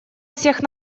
всех